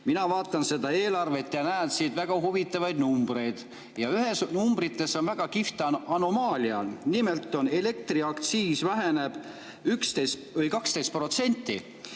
Mina vaatan seda eelarvet ja näen siin väga huvitavaid numbreid. Ja ühtedes numbrites on väga kihvt anomaalia. Nimelt, elektriaktsiisi [laekumine]